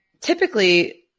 typically